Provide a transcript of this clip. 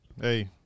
Hey